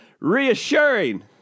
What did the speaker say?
reassuring